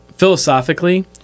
Philosophically